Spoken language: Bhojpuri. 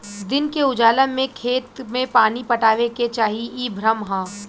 दिन के उजाला में खेत में पानी पटावे के चाही इ भ्रम ह